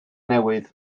newydd